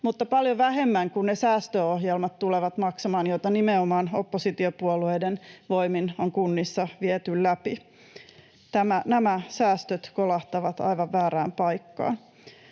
mutta paljon vähemmän kuin ne säästöohjelmat tulevat maksamaan, joita nimenomaan oppositiopuolueiden voimin on kunnissa viety läpi. Nämä säästöt kolahtavat aivan väärään paikkaan.